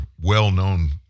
well-known